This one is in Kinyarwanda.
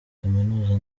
kuminuza